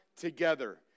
together